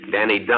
Danny